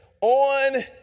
on